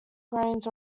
grains